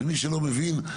למי שלא מבין,